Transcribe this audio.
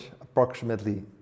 approximately